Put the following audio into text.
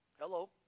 Hello